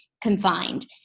confined